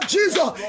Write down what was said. Jesus